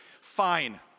Fine